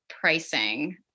pricing